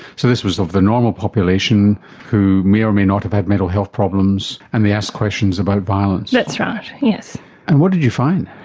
so this was of the normal population who may or may not have had mental health problems and they asked questions about violence. that's right. and what did you find?